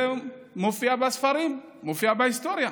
זה מופיע בספרים, מופיע בהיסטוריה,